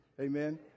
Amen